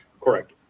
Correct